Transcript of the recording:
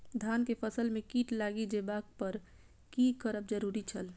धान के फसल में कीट लागि जेबाक पर की करब जरुरी छल?